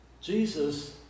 Jesus